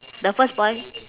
the first boy